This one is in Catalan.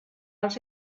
els